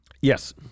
Yes